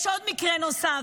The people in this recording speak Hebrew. יש מקרה נוסף,